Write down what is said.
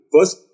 First